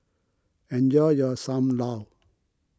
enjoy your Sam Lau